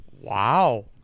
Wow